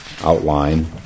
outline